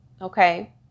Okay